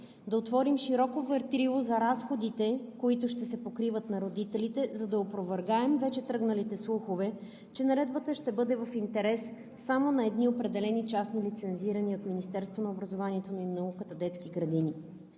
да отворим широко ветрило за разходите, които ще се покриват на родителите, за да опровергаем вече тръгналите слухове, че наредбата ще бъде в интерес само на едни определени частни, лицензирани от Министерството на образованието и науката, детски градини.